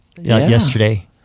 yesterday